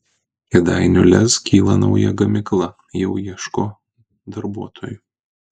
kėdainių lez kyla nauja gamykla jau ieško darbuotojų